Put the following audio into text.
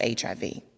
HIV